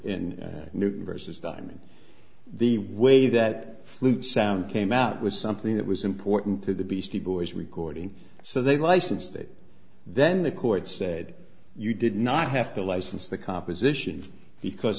in newton versus diamond the way that flute sound came out was something that was important to the beastie boys recording so they licensed it then the court said you did not have to license the composition because